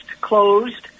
closed